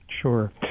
Sure